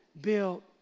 built